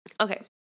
Okay